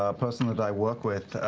um person that i work with,